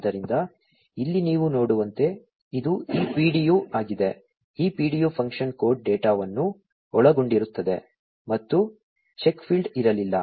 ಆದ್ದರಿಂದ ನೀವು ಇಲ್ಲಿ ನೋಡುವಂತೆ ಇದು ಈ PDU ಆಗಿದೆ ಈ PDU ಫಂಕ್ಷನ್ ಕೋಡ್ ಡೇಟಾವನ್ನು ಒಳಗೊಂಡಿರುತ್ತದೆ ಮತ್ತು ಚೆಕ್ ಫೀಲ್ಡ್ ಇರಲಿಲ್ಲ